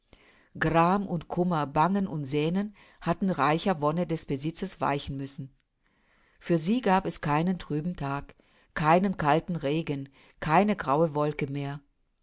gram und kummer bangen und sehnen hatten reicher wonne des besitzes weichen müssen für sie gab es keinen trüben tag keinen kalten regen keine graue wolke mehr